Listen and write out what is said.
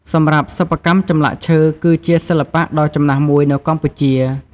សម្រាប់ សិប្បកម្មចម្លាក់ឈើគឺជាសិល្បៈដ៏ចំណាស់មួយនៅកម្ពុជា។